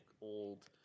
old